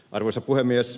arvoisa puhemies